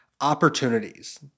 opportunities